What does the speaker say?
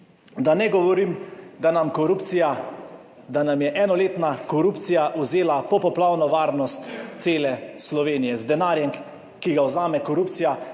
Da ne govorim, da nam je enoletna korupcija vzela popoplavno varnost cele Slovenije. Z denarjem, ki ga vzame korupcija